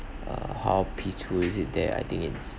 uh how peaceful is it there I think it's